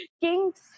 kings